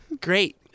Great